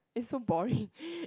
is so boring